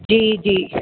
जी जी